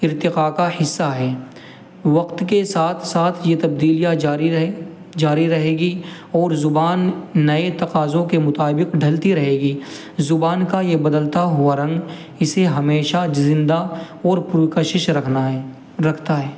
ارتقاء کا حصہ ہیں وقت کے ساتھ ساتھ یہ تبدیلیاں جاری رہیں جاری رہیں گی اور زبان نئے تقاضوں کے مطابق ڈھلتی رہے گی زبان کا یہ بدلتا ہوا رنگ اسے ہمیشہ زندہ اور پرکشش رکھنا ہے رکھتا ہے